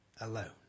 alone